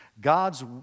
God's